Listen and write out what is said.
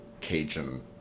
Cajun